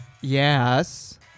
Yes